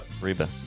Reba